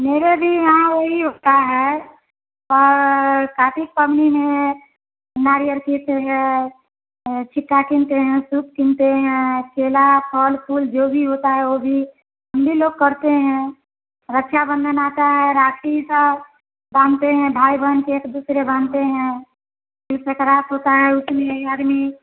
मेरे भी हाँ वह ही होता है काफी फैमली है नारी कैसी है सिककन के यहाँ सूप सिलते हैं केला फल फूल जो भी होता है वह भी हम भी लोग करते हैं रक्षाबंधन आता है राखी सा बांधते हैं भाई बहन एक दूसरे बांधते है फ़िर सकरात होता है उसी में हर यही